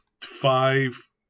five